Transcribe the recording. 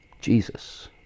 Jesus